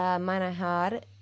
¿Manejar